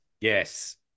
Yes